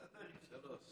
נסתדר עם שלוש.